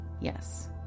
Yes